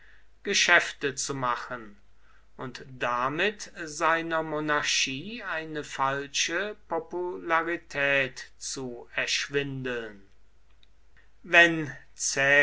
geschäfte zu machen und damit seiner monarchie eine falsche popularität zu erschwindeln wenn